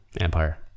Empire